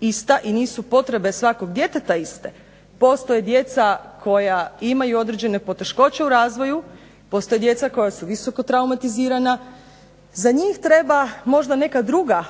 ista i nisu potrebe svakog djeteta iste. Postoje djeca koja imaju određene poteškoće u razvoju, postoje djeca koja su visoko traumatizirana. Za njih treba možda neka druga